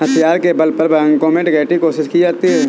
हथियार के बल पर बैंकों में डकैती कोशिश की जाती है